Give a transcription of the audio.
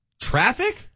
Traffic